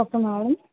okay madam